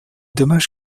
dommage